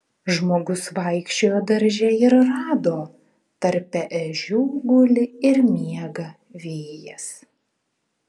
žmogus vaikščiojo darže ir rado tarpe ežių guli ir miega vėjas